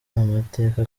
amateka